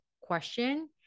question